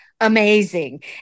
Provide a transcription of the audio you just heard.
amazing